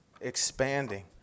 expanding